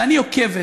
ואני עוקבת,